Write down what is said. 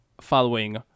following